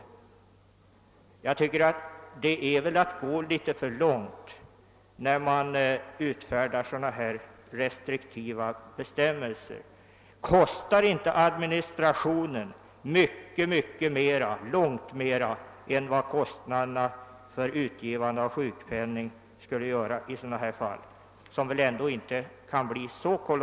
Att utfärda så restriktiva bestämmelser är väl att gå litet för långt? Kostar inte administrationen långt mer än vad utgivandet av sjukpenning skulle göra i sådana här fall, som väl ändå inte kan bli så många?